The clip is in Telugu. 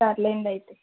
సర్లేండి అయితే